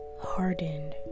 hardened